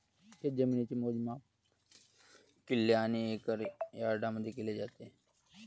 शेतजमिनीचे मोजमाप किल्ले आणि एकर यार्डमध्ये केले जाते